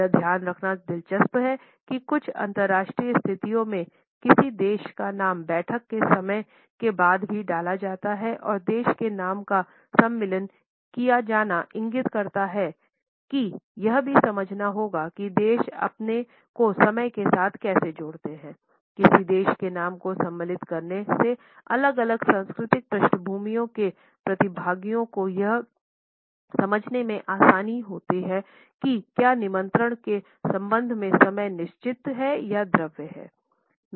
यह ध्यान रखना दिलचस्प है कि कुछ अंतरराष्ट्रीय स्थितियों में किसी देश का नाम बैठक के समय के बाद भी डाला जाता है और देश के नाम का सम्मिलन किया जाना इंगित करता है कियह भी समझना होगा कि देश अपने को समय के साथ कैसे जोड़ता है किसी देश के नाम को सम्मिलित करने से अलग अलग सांस्कृतिक पृष्ठभूमि के प्रतिभागियों को यह समझने में आसानी होते हैं कि क्या निमंत्रण के संबंध में समय निश्चित है या द्रव है